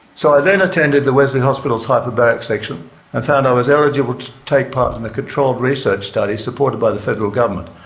so i then attended the wesley hospital's hyperbaric section and found i was eligible to take part in a controlled research study, supported by the federal government.